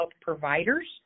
providers